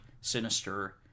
Sinister